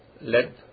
led